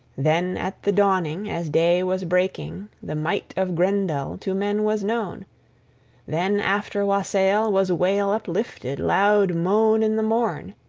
then at the dawning, as day was breaking, the might of grendel to men was known then after wassail was wail uplifted, loud moan in the morn.